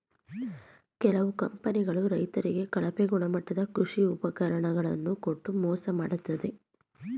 ಕೆಲವು ಕಂಪನಿಗಳು ರೈತರಿಗೆ ಕಳಪೆ ಗುಣಮಟ್ಟದ ಕೃಷಿ ಉಪಕರಣ ಗಳನ್ನು ಕೊಟ್ಟು ಮೋಸ ಮಾಡತ್ತದೆ